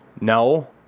No